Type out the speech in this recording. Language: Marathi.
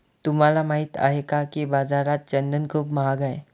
तुम्हाला माहित आहे का की बाजारात चंदन खूप महाग आहे?